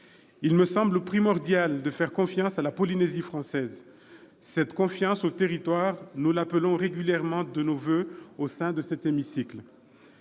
Il me semble primordial de faire confiance à la Polynésie française. Bien sûr ! Cette confiance aux territoires, nous l'appelons régulièrement de nos voeux dans cet hémicycle